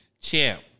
Champ